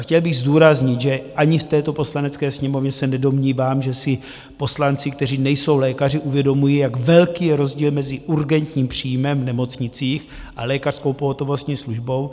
Chtěl bych zdůraznit, že ani v této Poslanecké sněmovně se nedomnívám, že si poslanci, kteří nejsou lékaři, uvědomují, jak velký je rozdíl mezi urgentním příjmem v nemocnicích a lékařskou pohotovostní službou.